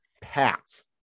Pats